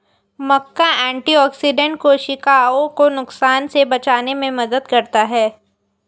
मक्का antioxidant कोशिकाओं को नुकसान से बचाने में मदद करता है